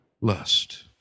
lust